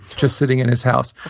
just sitting in his house.